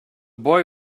boy